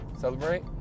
Celebrate